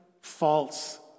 false